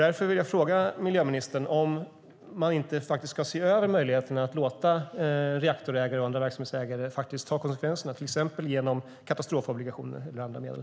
Därför vill jag fråga miljöministern om man inte ska se över möjligheterna att låta reaktorägare och andra verksamhetsägare ta konsekvenserna, till exempel genom katastrofobligationer eller andra medel.